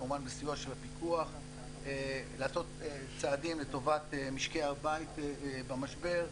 כמובן בסיוע של הפיקוח לעשות צעדים לטובת משקי הבית במשבר.